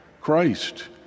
Christ